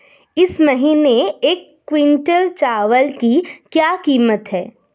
इस महीने एक क्विंटल चावल की क्या कीमत है?